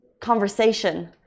conversation